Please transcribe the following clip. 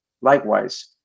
likewise